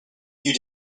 you